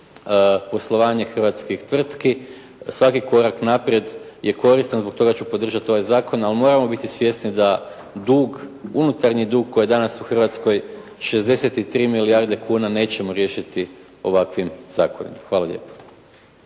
poslovanje hrvatskih tvrtki, svaki korak naprijed je koristan i zbog toga ću podržati ovaj zakon, ali moramo biti svjesni da dug, unutarnji dug koji je danas u Hrvatskoj 63 milijarde kuna nećemo riješiti ovakvim zakonima. Hvala lijepo.